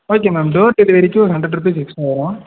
okay ma'am door டெலிவரிக்கு ஒரு hundred rupees extra வரும்